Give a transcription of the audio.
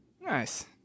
Nice